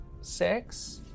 Six